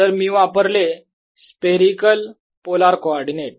जर मी वापरले हे स्पेरिकल पोलार कोऑर्डिनेट